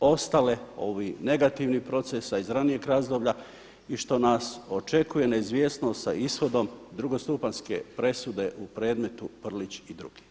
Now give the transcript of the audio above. ostale ovih negativnih procesa iz ranijeg razdoblja i što nas očekuje neizvjesnost sa ishodom drugostupanjske presude u predmetu Prlić i drugi.